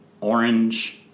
Orange